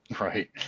Right